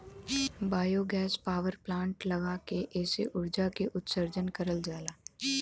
biogas power plant लगा के एसे उर्जा के उत्सर्जन करल जाला